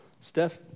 Steph